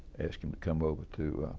asked him to come over to